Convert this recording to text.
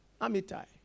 Amitai